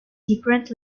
different